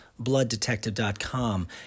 blooddetective.com